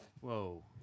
Whoa